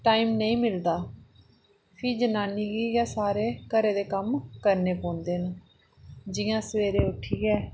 time नेईं मिलदा फ्ही जनानी गी गै सारे कम्म घरै दे करने पौंदे न जि'यां स वेरे उट्ठियै